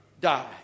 die